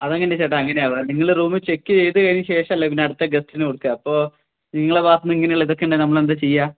അതെങ്ങനെയാ ചേട്ടാ അങ്ങനെ ആവുക നിങ്ങള് റൂം ചെക്ക് ചെയ്തുകഴിഞ്ഞ ശേഷമല്ലേ പിന്നെ അടുത്ത ഗസ്റ്റിന് കൊടുക്കുക അപ്പോള് നിങ്ങളുടെ ഭാഗത്തുനിന്ന് ഇങ്ങനെയുള്ള ഇതൊക്കെ ഉണ്ടായാല് നമ്മളെന്താണു ചെയ്യുക